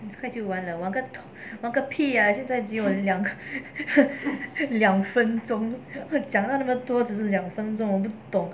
很快就完了完个屁啊现在只有两 两分钟会讲到那么多只是两分钟我们不懂